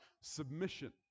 submission